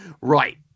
Right